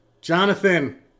Jonathan